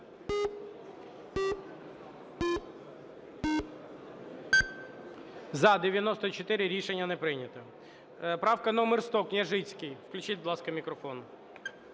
За-95 Рішення не прийнято.